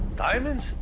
diamonds?